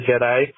Jedi